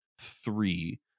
three